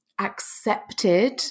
accepted